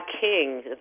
king